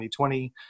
2020